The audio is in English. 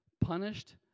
punished